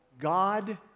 God